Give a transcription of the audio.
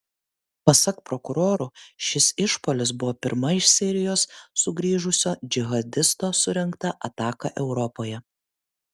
pasak prokurorų šis išpuolis buvo pirma iš sirijos sugrįžusio džihadisto surengta ataka europoje